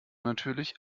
natürlich